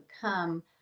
come